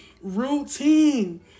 Routine